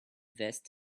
vest